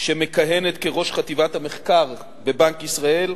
שמכהנת כראש חטיבת המחקר בבנק ישראל,